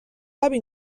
داره